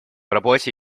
работе